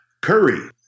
Curry